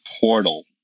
portal